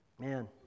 Man